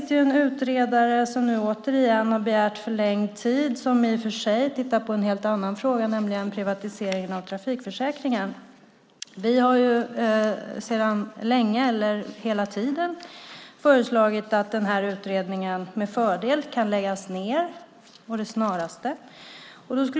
En utredare som tittar på en helt annan fråga, nämligen privatiseringen av trafikförsäkringen, har återigen begärt förlängd tid. Vi har hela tiden föreslagit att den utredningen ska läggas ned.